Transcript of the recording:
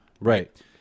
right